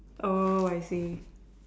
oh I see